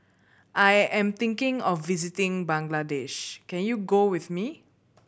I am thinking of visiting Bangladesh can you go with me